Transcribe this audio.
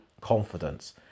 confidence